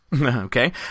Okay